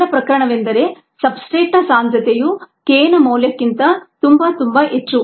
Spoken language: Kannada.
ಮೊದಲ ಪ್ರಕರಣವೆಂದರೆ ಸಬ್ಸ್ಟ್ರೇಟ್ನ ಸಾಂದ್ರತೆಯು k ನ ಮೌಲ್ಯಕ್ಕಿಂತ ತುಂಬಾ ತುಂಬಾ ಹೆಚ್ಚು